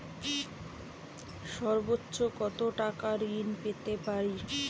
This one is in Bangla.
সর্বোচ্চ কত টাকা ঋণ পেতে পারি?